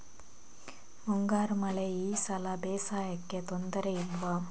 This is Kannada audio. ಮುಂಗಾರು ಮಳೆ ಈ ಸಲ ಬೇಸಾಯಕ್ಕೆ ತೊಂದರೆ ಇಲ್ವ?